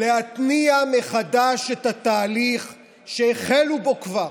להתניע מחדש את התהליך שהחלו בו כבר.